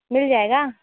मिल जाएगा